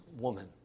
woman